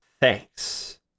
Thanks